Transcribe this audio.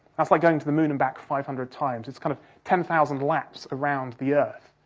that's like going to the moon and back five hundred times. it's kind of ten thousand laps around the earth.